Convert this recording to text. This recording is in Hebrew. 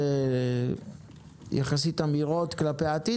אלה אמירות יחסית כלפי העתיד,